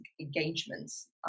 engagements